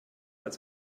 als